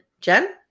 Jen